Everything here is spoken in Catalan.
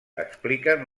expliquen